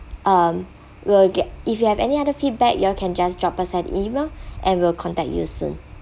um we'll get if you have any other feedback you all can just drop us an email and we'll contact you soon